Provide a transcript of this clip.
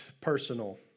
personal